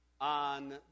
on